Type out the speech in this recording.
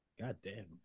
Goddamn